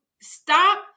stop